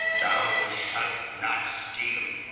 thou shalt not steal.